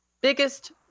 biggest